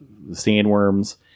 sandworms